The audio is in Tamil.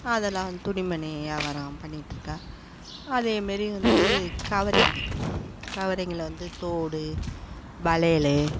அதெல்லாம் துணிமணி யாவாரம் பண்ணிட்டிருக்கேன் அதேமாரி வந்து கவரிங்கு கவரிங்கில் வந்து தோடு வளையல்